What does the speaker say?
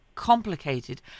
complicated